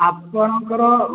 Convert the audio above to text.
ଆପଣଙ୍କର